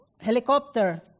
helicopter